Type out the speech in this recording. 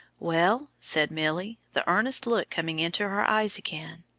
well, said milly, the earnest look coming into her eyes again,